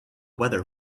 weather